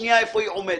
היכן היא עומדת.